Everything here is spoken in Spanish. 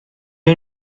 hay